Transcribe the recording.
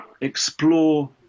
explore